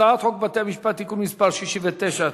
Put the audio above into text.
הצעת חוק בתי-המשפט (תיקון מס' 68),